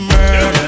Murder